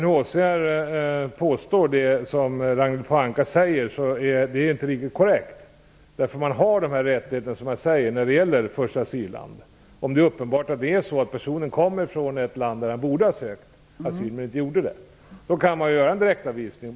Herr talman! Det Ragnhild Pohanka säger att UNHCR påstår är inte riktigt korrekt, eftersom det, som jag sade, finns rättigheter vad gäller första asylland. Om det är uppenbart att en person kommer från ett land där han borde ha sökt asyl men inte gjorde det kan man göra en direktavvisning.